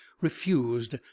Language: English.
refused